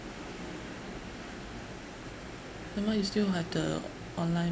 never mind you still have the online